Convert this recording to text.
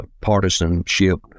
partisanship